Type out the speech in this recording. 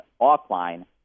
offline